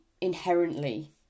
inherently